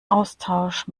austausch